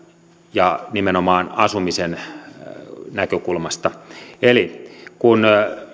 nimenomaan asumisen näkökulma eli kun